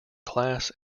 class